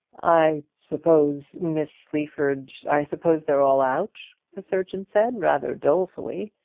i suppose miss sleaford i suppose they're all out, the surgeon said, rather dolefully.